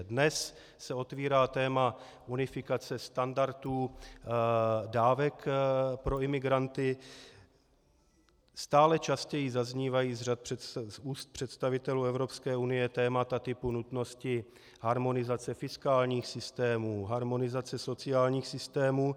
Dnes se otevírá téma unifikace standardů, dávek pro imigranty, stále častěji zaznívají z úst představitelů Evropské unie témata typu nutnosti harmonizace fiskálních systémů, harmonizace sociálních systémů.